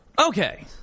Okay